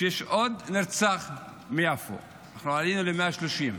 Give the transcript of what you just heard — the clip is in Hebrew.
שיש עוד נרצח ביפו כבר עלינו ל-130.